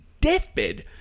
deathbed